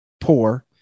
poor